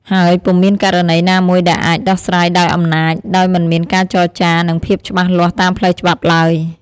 ហើយពុំមានករណីណាមួយដែលអាចដោះស្រាយដោយអំណាច ដោយមិនមានការចរចា និងភាពច្បាស់លាស់តាមផ្លូវច្បាប់ឡើយ។